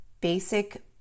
basic